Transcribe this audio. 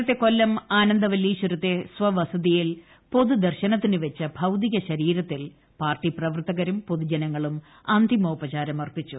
നേരത്തെ കൊല്ലം ആനന്ദവല്ലീശ്വരത്തെ സ്വവസതിയിൽ പ്പാതുദർശനത്തിന് വെച്ച ഭൌതിക ശരീരത്തിൽ പാർട്ടി പ്രപ്പ്പർത്തകരും പൊതുജനങ്ങളും അന്തിമോപചാരമർപ്പിച്ചു